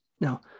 Now